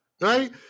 Right